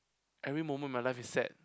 every moment of my life is sad